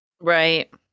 Right